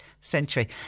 century